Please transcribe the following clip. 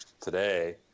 today